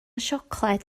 siocled